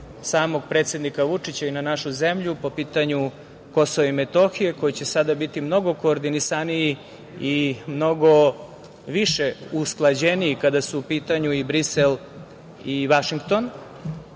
samog predsednika Vučića i našu zemlju po pitanju KiM, koji će sada biti mnogo koordinisaniji i mnogo više usklađeniji, kada su u pitanju i Brisel i Vašington.